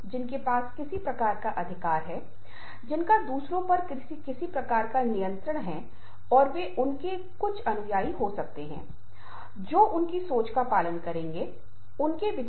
आवाज और टोन लगभग 25 से 30 प्रतिशत भूमिका निभाएहा यह बाहर निकल सकता है या दिलचस्प हो सकता है आवाज के गुण इन चीजों को संवाद कर सकते हैं लेकिन संदेश सामग्री शायद 50 प्रतिशत से अधिक है